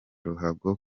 ruhago